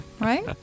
right